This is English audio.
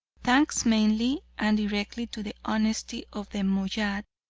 thanks mainly and directly to the honesty of the moayyad,